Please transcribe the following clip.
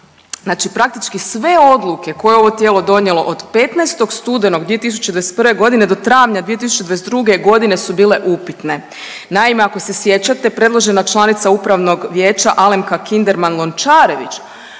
znači praktički sve odluke koje je ovo tijelo donijelo do 15. studenog 2021. g. do travnja 2022. g. su bile upitne. Naime, ako se sjećate, predložena članica Upravnog vijeća Alemka Kinderman Lončarević